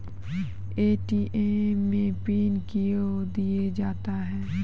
ATM मे pin कयो दिया जाता हैं?